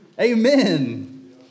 Amen